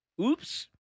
Oops